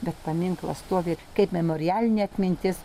bet paminklas stovi kaip memorialinė atmintis